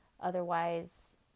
Otherwise